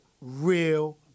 real